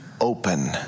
open